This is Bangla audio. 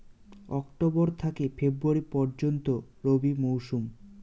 অক্টোবর থাকি ফেব্রুয়ারি পর্যন্ত রবি মৌসুম